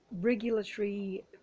regulatory